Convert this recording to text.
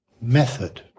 method